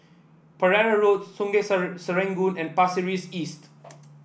Pereira Road Sungei Serangoon and Pasir Ris East